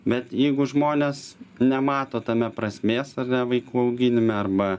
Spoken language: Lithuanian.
bet jeigu žmonės nemato tame prasmės ar ne vaikų auginime arba